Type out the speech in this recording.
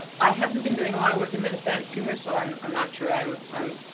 i haven't been doing a lot of work in metastatic tumors, so i'm i'm not sure i'm i'm